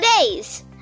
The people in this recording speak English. days